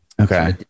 Okay